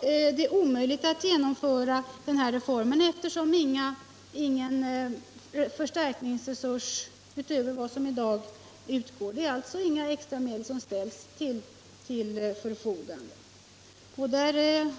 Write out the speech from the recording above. det blir omöjligt att genomföra denna reform, eftersom ingen förstärkningsresurs, utöver vad som i dag utgår, ställs till förfogande.